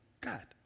God